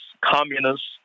communists